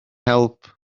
help